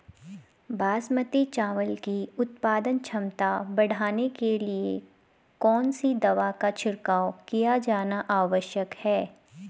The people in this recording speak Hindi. बासमती चावल की उत्पादन क्षमता बढ़ाने के लिए कौन सी दवा का छिड़काव किया जाना आवश्यक है?